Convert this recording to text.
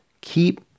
keep